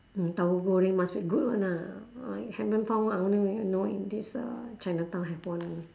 mm tauhu-goreng must be good [one] lah ah haven't found one I only know in this chinatown have one